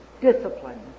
discipline